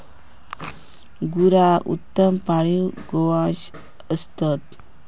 गुरा उत्तम पाळीव गोवंश असत